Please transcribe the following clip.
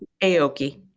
Aoki